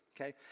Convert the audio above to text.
okay